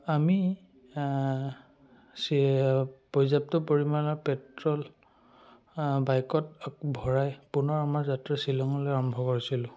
আমি চি পৰ্যাপ্ত পৰিমাণৰ পেট্ৰল বাইকত ভৰাই পুনৰ আমাৰ যাত্ৰা শ্বিলঙলৈ আৰম্ভ কৰিছিলোঁ